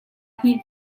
hnih